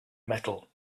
metal